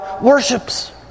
worships